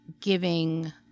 giving